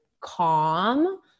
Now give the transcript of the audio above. calm